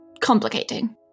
complicating